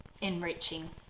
enriching